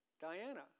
Diana